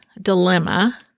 dilemma